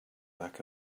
back